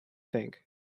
think